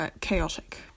chaotic